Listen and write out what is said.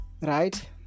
right